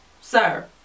sir